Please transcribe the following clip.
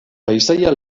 paisaia